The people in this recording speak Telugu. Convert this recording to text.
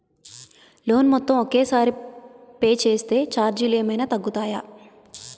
లోన్ మొత్తం ఒకే సారి పే చేస్తే ఛార్జీలు ఏమైనా తగ్గుతాయా?